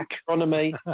astronomy